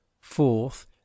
fourth